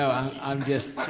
i'm just